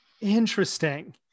Interesting